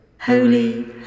Holy